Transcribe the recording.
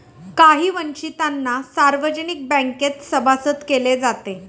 काही वंचितांना सार्वजनिक बँकेत सभासद केले जाते